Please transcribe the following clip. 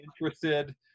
interested